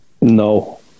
No